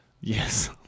Yes